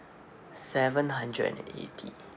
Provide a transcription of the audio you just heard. seven hundred and eighty